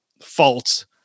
faults